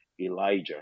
elijah